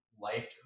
life